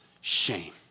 shame